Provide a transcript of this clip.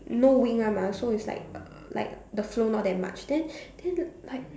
no wing one mah so it's like like the flow not that much then then like